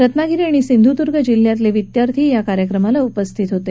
रत्नागिरी सह सिंधुदुर्ग जिल्ह्यातले विद्यार्थी या कार्यक्रमाला उपस्थित होते